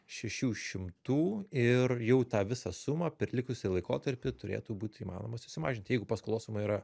šešių šimtų ir jau tą visą sumą per likusį laikotarpį turėtų būt įmanoma susimažinti jeigu paskolos suma yra